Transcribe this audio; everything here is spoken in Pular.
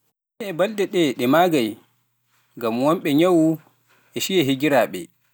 E balɗe ɗee ɗe maagay ngam wonɓe nyawu e ciya higiraaɓe.